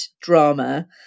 drama